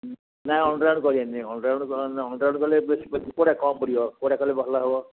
ନାଇଁ ଅଣ୍ଡରଗ୍ରାଉଣ୍ଡ୍ କରିବାନି underground underground କଲେ ବେଶି ପଡ଼ିବ କୋଉଟା ପଡ଼ିବ କୋଉଟା କଲେ ଭଲ ହେବ